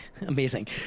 Amazing